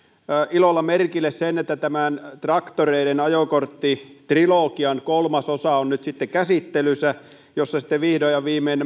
ilolla merkille sen että tämän traktoreiden ajokorttitrilogian kolmas osa on nyt sitten käsittelyssä ja siinä sitten vihdoin ja viimein